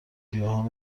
گیاهان